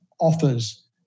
offers